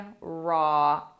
raw